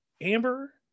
Amber